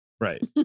Right